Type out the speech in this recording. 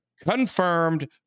confirmed